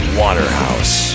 waterhouse